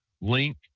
link